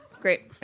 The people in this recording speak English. Great